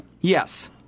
Yes